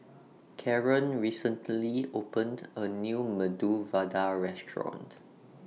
Caren recently opened A New Medu Vada Restaurant